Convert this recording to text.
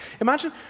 Imagine